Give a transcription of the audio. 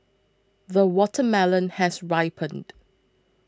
the watermelon has ripened